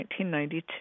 1992